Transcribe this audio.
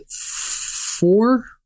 four